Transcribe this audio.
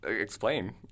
Explain